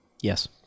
Yes